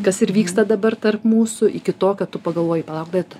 kas ir vyksta dabar tarp mūsų iki to kad tu pagalvoji palauk bet